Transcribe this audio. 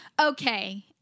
Okay